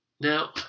Now